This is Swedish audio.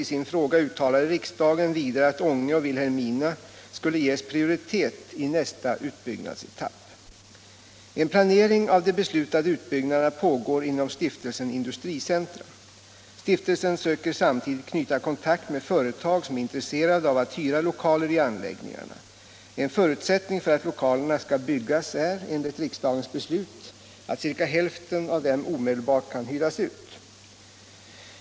En planering av de beslutade utbyggnaderna pågår inom Stiftelsen Industricentra. Stiftelsen söker samtidigt knyta kontakt med företag som är intresserade av att hyra lokaler i anläggningarna. En förutsättning för att lokalerna skall byggas är, enligt riksdagens beslut, att ca hälften av dem omedelbart kan hyras ut.